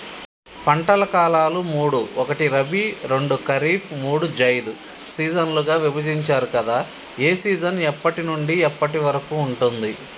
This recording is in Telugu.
పంటల కాలాలు మూడు ఒకటి రబీ రెండు ఖరీఫ్ మూడు జైద్ సీజన్లుగా విభజించారు కదా ఏ సీజన్ ఎప్పటి నుండి ఎప్పటి వరకు ఉంటుంది?